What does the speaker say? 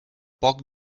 poc